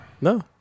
No